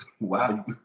Wow